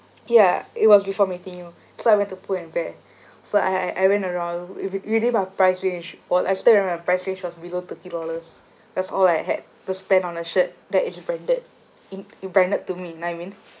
ya it was before meeting you so I went to pull and bear so I I I went around re~ really the price range while I still remember the price range was below thirty dollars cause all I had to spend on a shirt that is branded in~ branded to me you know what I mean